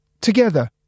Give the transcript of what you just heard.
together